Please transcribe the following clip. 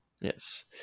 Yes